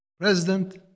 President